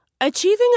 Achieving